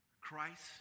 Christ